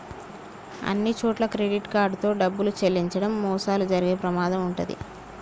అన్నిచోట్లా credit card తో డబ్బులు చెల్లించడం మోసాలు జరిగే ప్రమాదం వుంటది